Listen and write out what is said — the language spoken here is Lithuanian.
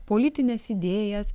politines idėjas